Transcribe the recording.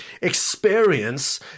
experience